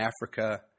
Africa